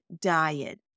diet